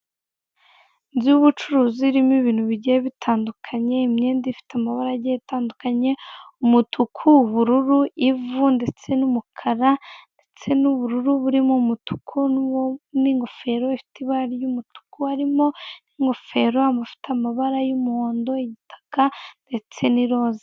Inzu y'ubucuruzi irimo ibintu bigiye bitandukanye imyenda ifite amabara agiye atandukanye umutuku, ubururu, ivu ndetse n'umukara ndetse n'ubururu burimo umutuku n'ingofero ifite amabara y'umutuku harimo ingofero amafuta amabara y'umuhondo itaka ndetse n'iroza.